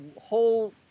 whole